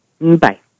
Bye